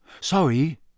Sorry